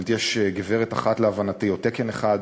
זאת אומרת, יש גברת אחת, להבנתי, או תקן אחד,